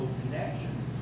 connection